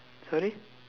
sorry